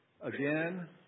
again